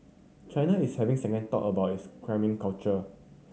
China is having second thought about its cramming culture